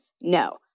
no